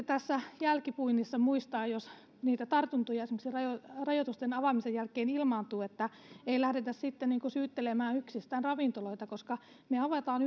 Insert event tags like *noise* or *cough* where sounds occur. *unintelligible* tässä jälkipuinnissa muistaa myös jos niitä tartuntoja esimerkiksi rajoitusten avaamisen jälkeen ilmaantuu että ei lähdetä sitten niin kuin syyttelemään yksistään ravintoloita koska me avaamme *unintelligible*